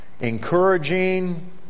encouraging